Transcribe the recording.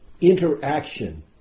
interaction